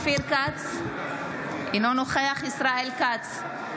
אינו נוכח ישראל כץ,